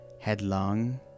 headlong